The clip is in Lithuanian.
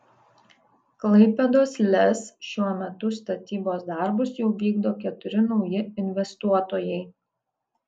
klaipėdos lez šiuo metu statybos darbus jau vykdo keturi nauji investuotojai